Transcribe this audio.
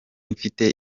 mfite